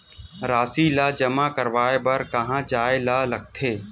राशि ला जमा करवाय बर कहां जाए ला लगथे